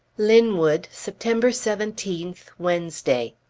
linwood, september seventeenth, wednesday.